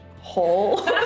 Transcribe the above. hole